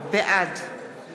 בעד